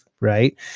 right